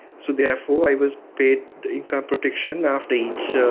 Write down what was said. so therefore i was paid income protection after each